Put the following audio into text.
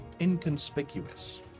Inconspicuous